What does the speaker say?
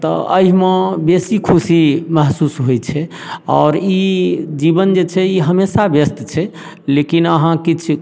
तऽ एहिमे बेसी खुशी महसूस होइत छै आओर ई जीवन जे छै ई हमेशा व्यस्त छै लेकिन अहाँ किछु